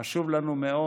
חשוב לנו מאוד.